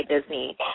Disney